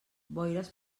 boires